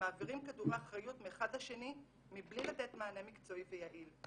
מעבירים כדורי אחריות מאחד לשני מבלי לתת מענה מקצועי ויעיל,